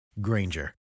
Granger